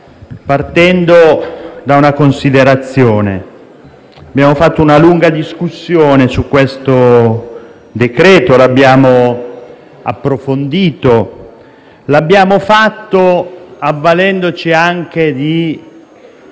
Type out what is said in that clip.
partendo da una considerazione. Abbiamo fatto una lunga discussione su questo decreto-legge. L'abbiamo approfondito avvalendoci anche di